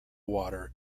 water